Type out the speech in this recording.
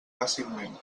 fàcilment